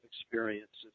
experiences